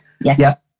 Yes